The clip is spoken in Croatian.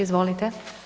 Izvolite.